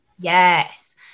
Yes